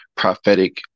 Prophetic